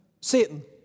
Satan